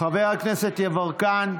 חבר הכנסת יברקן,